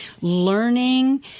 learning